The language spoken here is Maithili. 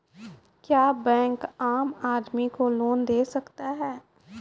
क्या बैंक आम आदमी को लोन दे सकता हैं?